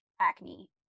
acne